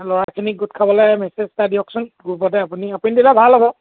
ল'ৰাখিনিক গোট খাবলৈ মেছেজ এটা দিয়কচোন গ্ৰুপতে আপুনি আপুনি দিলে ভাল হ'ব